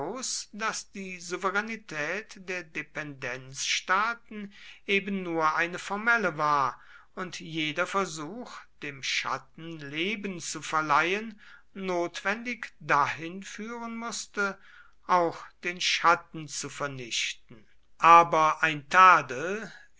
daß die souveränität der dependenzstaaten eben nur eine formelle war und jeder versuch dem schatten leben zu verleihen notwendig dahin führen mußte auch den schatten zu vernichten aber ein tadel